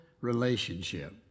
relationship